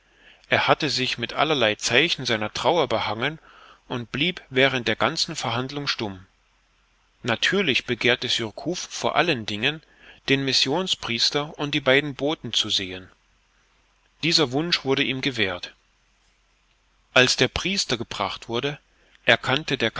er hatte sich mit allerlei zeichen seiner trauer behangen und blieb während der ganzen verhandlung stumm natürlich begehrte surcouf vor allen dingen den missionspriester und die beiden boten zu sehen dieser wunsch wurde ihm gewährt als der priester gebracht wurde erkannte der